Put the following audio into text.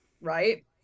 right